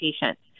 patients